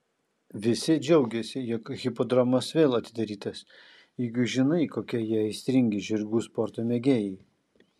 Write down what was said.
visi džiaugiasi jog hipodromas vėl atidarytas juk žinai kokie jie aistringi žirgų sporto mėgėjai